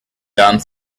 done